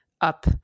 up